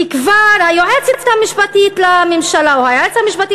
כי כבר היועצת המשפטית לממשלה או היועץ המשפטי